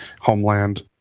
Homeland